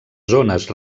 zones